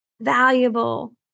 valuable